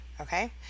okay